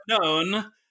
known